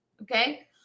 okay